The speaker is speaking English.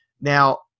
Now